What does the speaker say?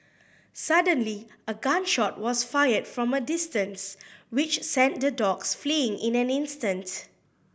suddenly a gun shot was fired from a distance which sent the dogs fleeing in an instant